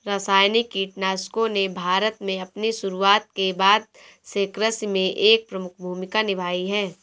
रासायनिक कीटनाशकों ने भारत में अपनी शुरूआत के बाद से कृषि में एक प्रमुख भूमिका निभाई हैं